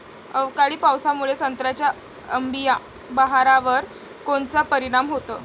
अवकाळी पावसामुळे संत्र्याच्या अंबीया बहारावर कोनचा परिणाम होतो?